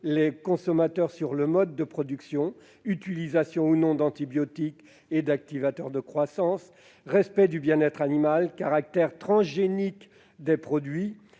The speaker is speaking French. le consommateur sur les modes de production (utilisation ou non d'antibiotiques et d'activateurs de croissance, respect du bien-être animal, caractère transgénique des produits,